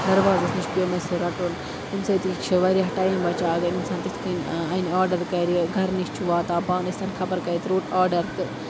دَروازَس نِش پیوٚو مےٚ سُہ رَٹُن تَمہِ سۭتۍ یہِ چھِ واریاہ ٹایِم بَچان اگر اِنسان تِتھ کَنۍ اَنہِ آرڈَر کَرِ گَرٕ نِش چھُ واتان پانہٕ ٲسۍتَن خبر کَتہِ روٚٹ آرڈَر تہٕ